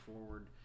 forward